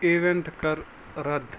event کر رَد